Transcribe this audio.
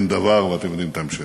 אין דבר" ואתם יודעים את ההמשך.